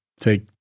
take